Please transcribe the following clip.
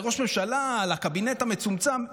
לראש ממשלה, לקבינט המצומצם?